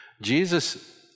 Jesus